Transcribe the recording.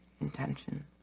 intentions